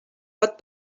pot